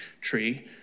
tree